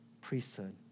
priesthood